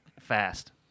fast